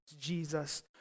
Jesus